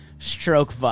Stroke